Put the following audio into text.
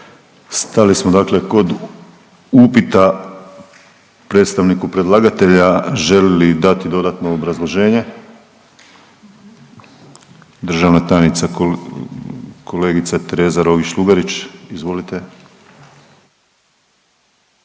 Stali smo dakle kod upita predstavniku predlagatelja želi li dati dodatno obrazloženje? Državna tajnica kolegica Tereza Rogić Lugarić, izvolite.